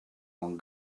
one